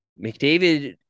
McDavid